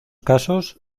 casos